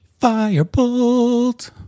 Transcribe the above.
firebolt